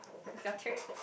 it's your turn